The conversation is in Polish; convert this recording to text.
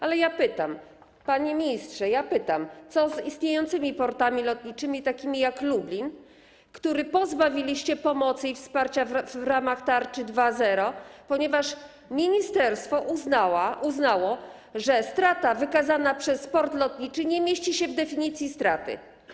Ale ja pytam, panie ministrze, co z istniejącymi portami lotniczymi, takimi jak ten w Lublinie, które pozbawiliście pomocy i wsparcia w ramach tarczy 2.0, ponieważ ministerstwo uznało, że strata wykazana przez port lotniczy nie mieści się w definicji straty.